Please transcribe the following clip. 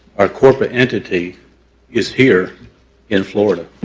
our corporate entity is here in florida.